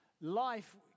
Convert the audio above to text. life